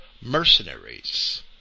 mercenaries